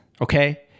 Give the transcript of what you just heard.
Okay